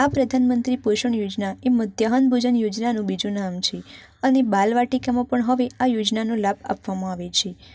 આ પ્રધાનમંત્રી પોષણ યોજના એ મધ્યાહન ભોજન યોજનાનું બીજું નામ છે અને બાલવાટિકામાં પણ હવે આ યોજનાનો લાભ આપવામાં આવે છે